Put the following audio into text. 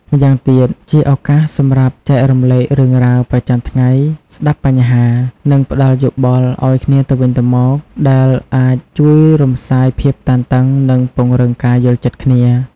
ម្យ៉ាងទៀត ជាឱកាសសម្រាប់ចែករំលែករឿងរ៉ាវប្រចាំថ្ងៃ ស្តាប់បញ្ហា និងផ្តល់យោបល់ឲ្យគ្នាទៅវិញទៅមក ដែលអាចជួយរំសាយភាពតានតឹង និងពង្រឹងការយល់ចិត្តគ្នា។